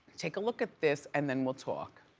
take a look at this and then we'll talk.